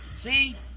See